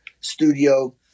studio